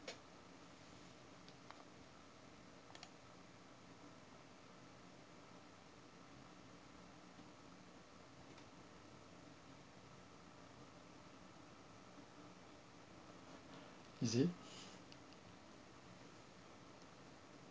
is it